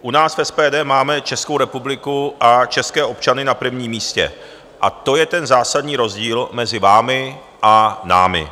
U nás v SPD máme Českou republiku a české občany na prvním místě a to je ten zásadní rozdíl mezi vámi a námi.